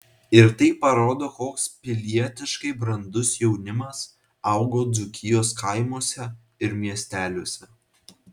ir tai parodo koks pilietiškai brandus jaunimas augo dzūkijos kaimuose ir miesteliuose